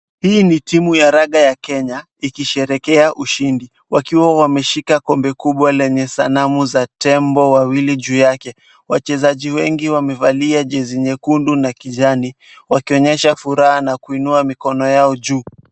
Hii ni timu ya raga ya Kenya ikisherehekea ushindi wakiwa wameshika kombe kubwa lenye sanamu za tembo wawili juu yake, wachezaji wengi wamevalia jezi nyekundu na kijani wakionyesha furaha na kuinua mikono yao juu.